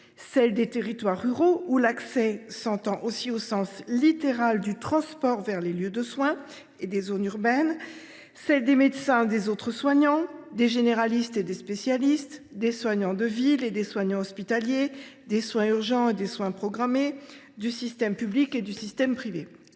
celles des territoires ruraux, où l’accès s’entend aussi au sens littéral du transport vers les lieux de soin, et des zones urbaines ; celles des médecins et des autres soignants ; celles des généralistes et les spécialistes ; celles des soignants de ville et des soignants hospitaliers ; celles des soins urgents et des soins programmés ; celles du secteur public et du système privé.